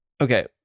Okay